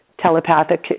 telepathic